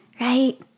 right